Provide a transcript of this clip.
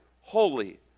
holy